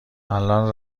الانم